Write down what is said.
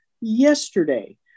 yesterday